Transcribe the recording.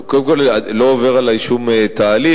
קודם כול לא עובר עלי שום תהליך.